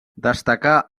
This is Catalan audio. destacà